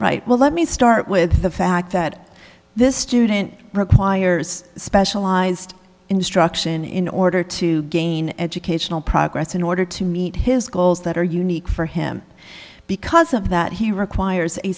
right well let me start with the fact that this student requires specialized instruction in order to gain educational progress in order to meet his goals that are unique for him because of that he requires a